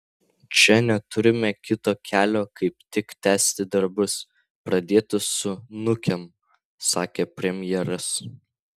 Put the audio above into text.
čia neturime kito kelio kaip tik tęsti darbus pradėtus su nukem sakė premjeras